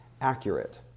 accurate